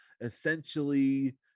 essentially